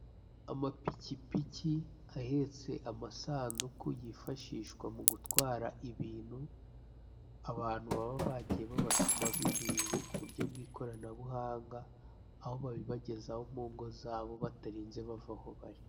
Ama pikipiki ahetse amasanduku, yifashishwa mu gutwara ibintu abantu baba bagiye babatuma binyujije ku buryo bw'ikoranabuhanga, aho babibageza ho mu ngo zabo batarinze bava aho bari.